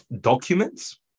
documents